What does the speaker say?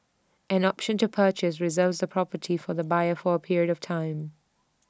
an option to purchase reserves the property for the buyer for A period of time